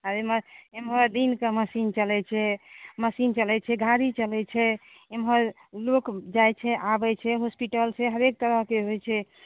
आ इमहर इमहर दिनकेँ मशीन चलैत छै मशीन चलैत छै गाड़ी चलैत छै इमहर लोक जाइत छै आबैत छै हॉस्पिटल छै हरेक तरहकेँ होइत छै